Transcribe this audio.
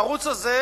הערוץ הזה